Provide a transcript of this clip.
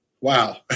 Wow